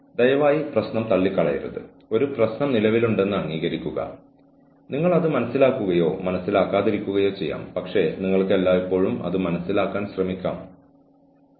അതിനാൽ ഈ ജീവനക്കാരെ പ്രചോദിപ്പിക്കാനും ഈ ജീവനക്കാരിൽ നിന്ന് പരമാവധി ഔട്ട്പുട്ട് നേടാനും അവരെ പിരിച്ചുവിടുന്നതിനും മറ്റൊരാളെ ചേരുന്നതിനായി കാത്തിരിക്കുന്നതിനും മറ്റേയാൾ എന്താണ് ചെയ്യാൻ പോകുന്നതെന്ന് ആശ്ചര്യപ്പെടുന്നതിനുപകരം ജീവനക്കാരെ പിന്തുണക്കുന്നത് കൂടുതൽ സഹായിക്കും